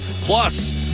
Plus –